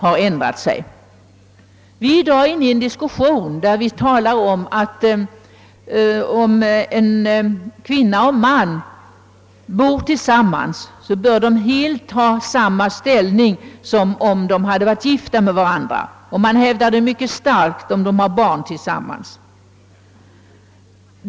Vi är i dag inne i en diskussion, där vi talar om att om en kvinna och en man bor tillsammans bör de ha precis samma ställning som om de hade varit gifta med varandra; detta hävdas mycket starkt om de har barn tillsammans.